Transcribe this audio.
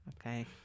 okay